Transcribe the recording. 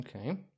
Okay